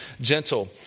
gentle